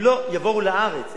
הם לא יבואו לארץ.